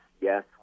Yes